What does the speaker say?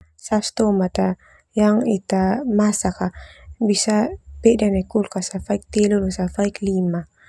Saos tomat yang Ita masak bisa peda nai kulkas neme faik telu losa faik lima.